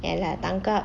ya lah tangkap